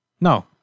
no